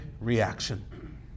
reaction